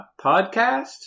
Podcast